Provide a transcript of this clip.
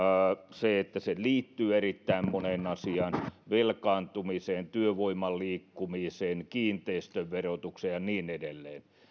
se liittyy erittäin moneen asiaan velkaantumiseen työvoiman liikkumiseen kiinteistöverotukseen ja niin edelleen